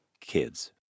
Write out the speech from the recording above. kids